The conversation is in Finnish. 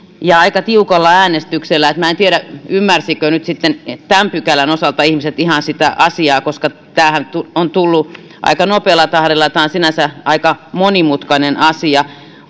ja aika tiukalla äänestyksellä niin että minä en tiedä ymmärsivätkö nyt sitten tämän pykälän osalta ihmiset ihan sitä asiaa koska tämähän on tullut aika nopealla tahdilla ja tämä on sinänsä aika monimutkainen asia